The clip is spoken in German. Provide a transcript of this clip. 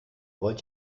wollt